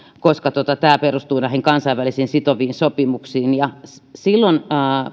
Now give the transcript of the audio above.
koska tämä perustuu näihin kansainvälisiin sitoviin sopimuksiin silloin